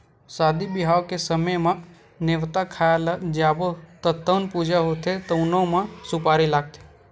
सादी बिहाव के समे म, नेवता खाए ल जाबे त जउन पूजा होथे तउनो म सुपारी लागथे